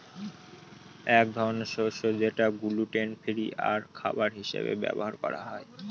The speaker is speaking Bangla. এক ধরনের শস্য যেটা গ্লুটেন ফ্রি আর খাবার হিসাবে ব্যবহার হয়